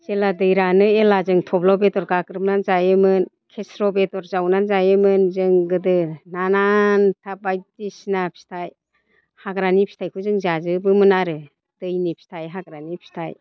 जेब्ला दै रानो अब्ला जों थ'ब्ल' बेदर गाग्रोमनानै जायोमोन खेस्र' बेदर जावनानै जायोमोन जों गोदो नाना नाथा बायदिसिना फिथाइ हाग्रानि फिथाइखौ जों जाजोबोमोन आरो दैनि फिथाइ हाग्रानि फिथाइ